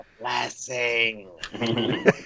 Blessing